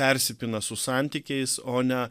persipina su santykiais o ne